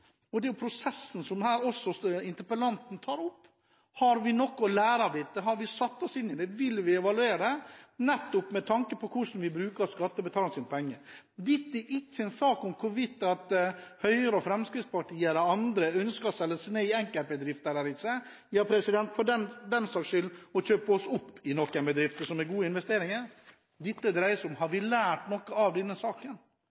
og det er prosessen interpellanten tar opp her. Har vi noe å lære av dette, har vi satt oss inn i det, vil vi evaluere, nettopp med tanke på hvordan vi bruker skattebetalernes penger? Dette er ikke en sak om hvorvidt Høyre og Fremskrittspartiet eller andre ønsker å selge seg ned i enkeltbedrifter eller ikke, eller for den saks skyld å kjøpe oss opp i noen bedrifter, som gode investeringer. Dette dreier seg om: Har vi lært noe av denne saken?